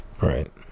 Right